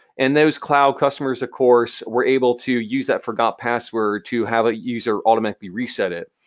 and those cloud customers of course were able to use that forgot password to have a user automatically reset it.